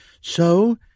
So